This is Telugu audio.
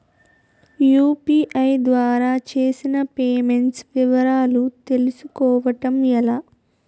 యు.పి.ఐ ద్వారా చేసిన పే మెంట్స్ వివరాలు తెలుసుకోవటం ఎలా?